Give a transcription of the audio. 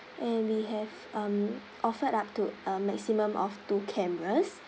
and we have um offered up to uh maximum of two cameras